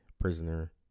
prisoner